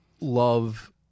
love